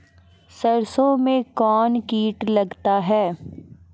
सरसों मे कौन कीट लगता हैं?